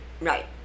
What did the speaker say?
right